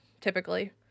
Typically